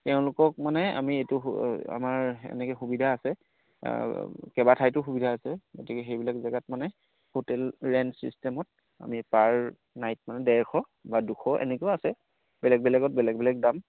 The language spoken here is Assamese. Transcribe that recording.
তেওঁলোকক মানে আমি এইটো আমাৰ এনেকৈ সুবিধা আছে কেইবা ঠাইতো সুবিধা আছে গতিকে সেইবিলাক জেগাত মানে হোটেল ৰেণ্ট ছিষ্টেমত আমি পাৰ নাইট মানে ডেৰশ বা দুশ এনেকৈও আছে বেলেগ বেলেগত বেলেগ বেলেগ দাম